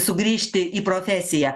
sugrįžti į profesiją